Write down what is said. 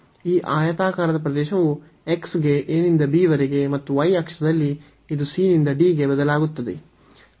ಈ ಆಯತಾಕಾರದ ಪ್ರದೇಶವು x ಗೆ a ನಿಂದ b ವರೆಗೆ ಮತ್ತು y ಅಕ್ಷದಲ್ಲಿ ಇದು c ನಿಂದ d ಗೆ ಬದಲಾಗುತ್ತದೆ